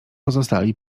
pozostali